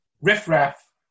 riffraff